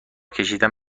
کشیدن